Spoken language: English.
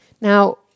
Now